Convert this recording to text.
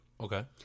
Okay